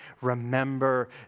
Remember